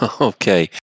Okay